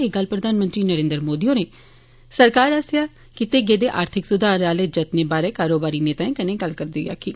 एह् गल्ल प्रधानमंत्री नरेन्द्र मोदी होरें सरकार आस्सेआ कीते गेदे आर्थिक सुधारे आले जत्ने बारै कारोबारी नेताए कन्नै गल्ल करदे होई आक्खी